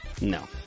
No